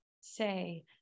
say